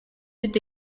fut